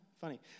Funny